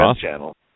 channel